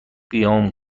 قیام